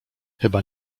chyba